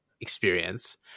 experience